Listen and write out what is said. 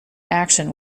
action